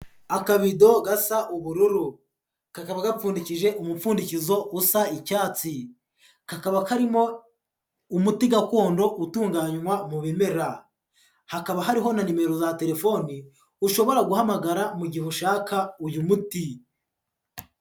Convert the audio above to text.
Akabido gasa ubururu. Kakaba gakurikindije umupfundikizo usa icyatsi. Kakaba karimo umuti gakondo utunganywa mu bimera. Hakaba hariho na nimero za telefone ushobora guhamagara mu gihe ushaka uyu muti.